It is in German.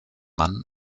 mann